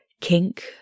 kink